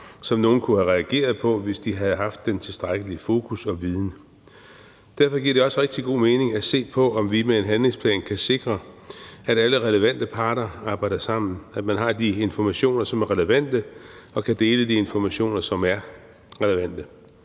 som nogen kunne have reageret på, hvis de havde haft det tilstrækkelige fokus og viden. Derfor giver det også rigtig god mening at se på, om vi med en handlingsplan kan sikre, at alle relevante parter arbejder sammen, at man har de informationer, som er relevante, og kan dele de informationer, som er relevante,